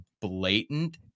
blatant